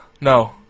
no